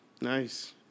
Nice